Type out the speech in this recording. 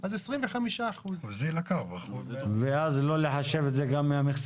אז 25%. ואז לא לחשב את זה גם מהמכסה?